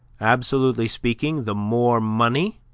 absolutely speaking, the more money,